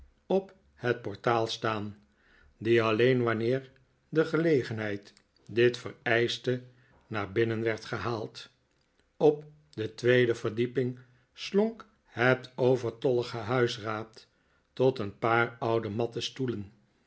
op het portaal staan die alleen wanneer de gelegenheid dit vereischte naar binnen werd gehaald op de tweede verdieping slonk het overtollige huisraad tot een paar oude matten stoelen